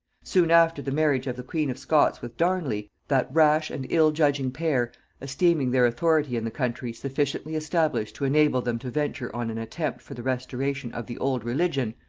soon after the marriage of the queen of scots with darnley, that rash and ill-judging pair esteeming their authority in the country sufficiently established to enable them to venture on an attempt for the restoration of the old religion,